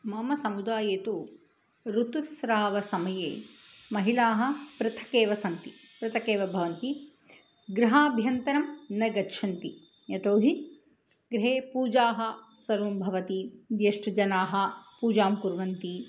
मम समुदाये तु ऋतुस्रावसमये महिलाः पृथक् एव सन्ति पृथक् एव भवन्ति गृहाभ्यन्तरं न गच्छन्ति यतो हि गृहे पूजाः सर्वं भवति ज्येष्ठजनाः पूजां कुर्वन्ति